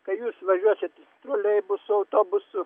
kai jūs važiuosit troleibusu autobusu